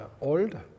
Old